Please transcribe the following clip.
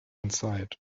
inside